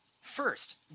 first